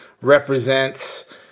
represents